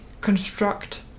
construct